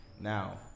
Now